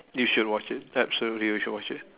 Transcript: you should watch it absolutely you should watch it